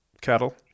cattle